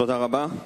תודה רבה.